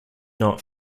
not